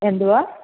എന്തുവാ